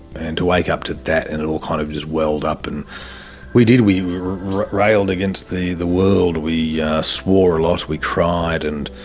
and to wake up to that and it all kind of just welled up, and we did, we we railed against the the world, we yeah swore a lot, we cried and